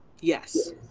Yes